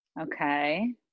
Okay